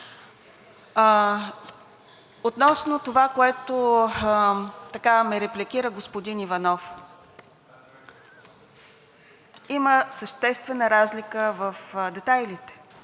Относно това, което ме репликира господин Иванов. Има съществена разлика в детайлите